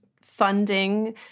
funding